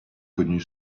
connu